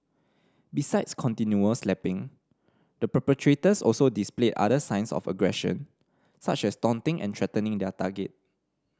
besides continual slapping the perpetrators also displayed other signs of aggression such as taunting and threatening their target